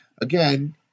again